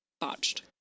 botched